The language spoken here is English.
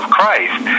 Christ